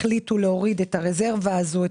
החליטו להוריד את הרזרבה הזו,